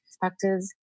factors